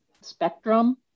spectrum